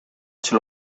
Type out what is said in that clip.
hecho